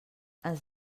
ens